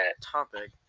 topic